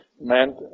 meant